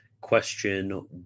question